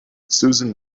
susan